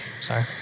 sorry